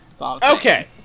Okay